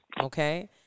Okay